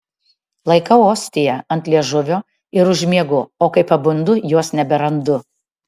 laikau ostiją ant liežuvio ir užmiegu o kai pabundu jos neberandu